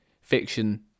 fiction